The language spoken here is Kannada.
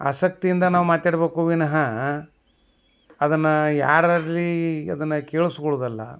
ಆಸಕ್ತಿಯಿಂದ ನಾವು ಮಾತಾಡ್ಬಕು ವಿನಃ ಅದನ್ನು ಯಾರಲ್ಲಿ ಅದನ್ನು ಕೇಳ್ಸ್ಕೊಳುವುದಲ್ಲ